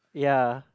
ya